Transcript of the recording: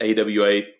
AWA